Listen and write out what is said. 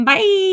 Bye